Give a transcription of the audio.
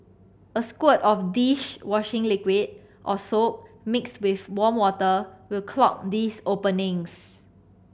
a squirt of dish washing liquid or soap mixed with warm water will clog these openings